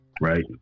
right